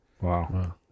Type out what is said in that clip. Wow